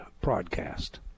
broadcast